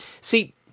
See